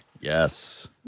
Yes